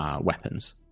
weapons